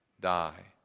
die